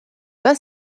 pas